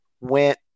went